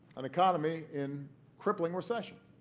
an economy in crippling recession.